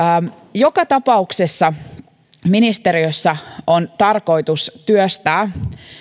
joka tapauksessa ministeriössä on tarkoitus työstää